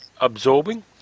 absorbing